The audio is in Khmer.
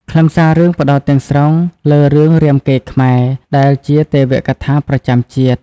ខ្លឹមសាររឿងផ្តោតទាំងស្រុងលើរឿង រាមកេរ្តិ៍ខ្មែរ ដែលជាទេវកថាប្រចាំជាតិ។